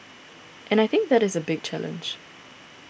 and I think that is a big challenge